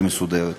מסודרת.